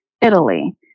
Italy